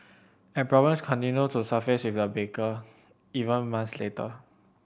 and problems continued to surface with the baker even month later